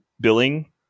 billing